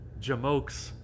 jamokes